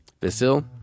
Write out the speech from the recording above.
Vasil